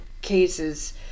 cases